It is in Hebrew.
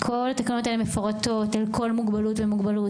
התקנות מפרטות על כל מוגבלות ומוגבלות,